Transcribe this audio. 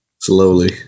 Slowly